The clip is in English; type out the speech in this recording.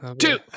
two